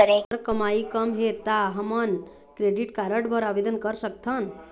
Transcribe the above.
हमर कमाई कम हे ता हमन क्रेडिट कारड बर आवेदन कर सकथन?